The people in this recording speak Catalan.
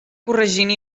corregint